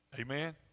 Amen